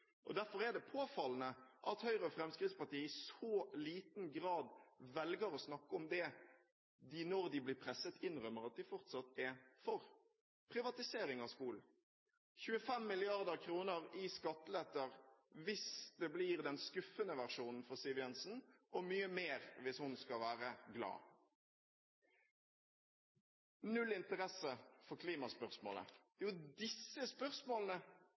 Derfor er det påfallende at Høyre og Fremskrittspartiet i så liten grad velger å snakke om det, for når de de blir presset, innrømmer de at de fortsatt er for – privatisering av skolen, 25 mrd. kr i skatteletter hvis det blir den skuffende versjonen for Siv Jensen, og mye mer hvis hun skal være glad. Null interesse for klimaspørsmålet, og det er jo disse spørsmålene